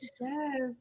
Yes